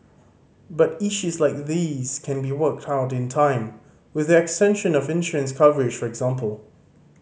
but issues like these can be worked out in time with the extension of insurance coverage for example